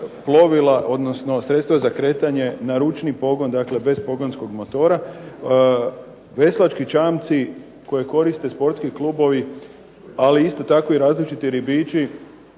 plovila, odnosno sredstva za kretanje na ručni pogon, dakle bez pogonskog motora, veslački čamci koji koriste sportski klubovi ali isto tako i različiti ribiči